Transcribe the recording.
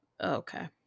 Okay